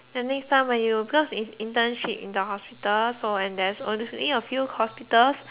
and next time when you because it is internship in the hospital so and there's only a few hospitals